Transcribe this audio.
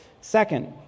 second